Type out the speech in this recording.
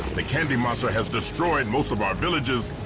the candy monster has destroyed most of our villages,